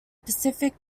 pacific